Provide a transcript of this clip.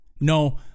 no